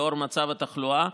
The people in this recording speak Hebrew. לאור מצב התחלואה,